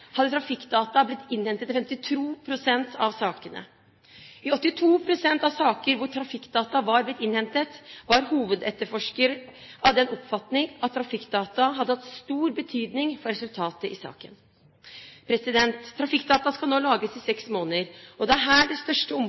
hadde trafikkdata blitt innhentet i 52 pst. I 82 pst. av saker hvor trafikkdata var blitt innhentet, var hovedetterforsker av den oppfatning at trafikkdata hadde hatt stor betydning for resultatet i saken. Trafikkdata skal nå lagres i seks måneder, og det er her det største